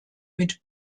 mit